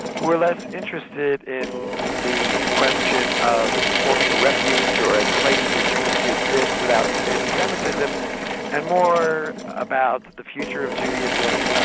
who are less interested in the question of forming a refuge or a place where jews could live without anti-semitism and more about the future of judaism,